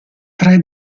tre